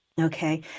Okay